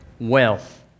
wealth